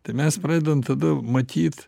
tai mes pradedam tada matyt